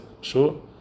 Sure